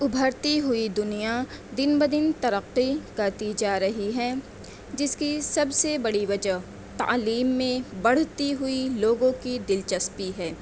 ابھرتی ہوئی دنیا دن بہ دن ترقی کرتی جا رہی ہیں جس کی سب سے بڑی وجہ تعلیم میں بڑھتی ہوئی لوگوں کی دلچسپی ہے